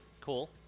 Cool